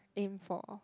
aim for